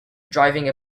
driving